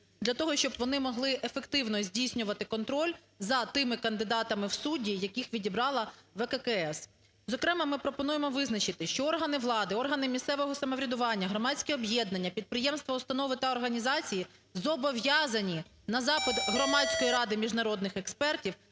для того, щоб вони могли ефективно здійснювати контроль за тими кандидатами в судді, яких відібрала ВККС. Зокрема, ми пропонуємо визначити, що органи влади, органи місцевого самоврядування, громадські об'єднання, підприємства, установи та організації зобов'язані на запит Громадської ради міжнародних експертів